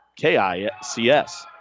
KICS